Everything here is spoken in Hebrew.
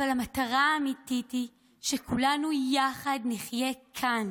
אבל המטרה האמיתית היא שכולנו יחד נחיה כאן,